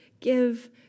give